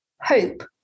Hope